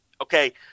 Okay